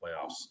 playoffs